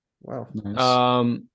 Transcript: Wow